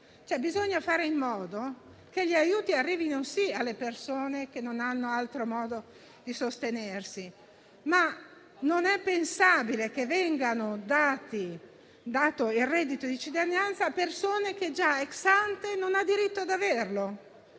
Bisogna fare in modo che gli aiuti arrivino, sì, alle persone che non hanno altro modo di sostenersi, ma non è pensabile che venga dato il reddito di cittadinanza a persone che già *ex ante* non hanno diritto ad averlo.